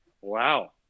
Wow